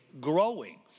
growing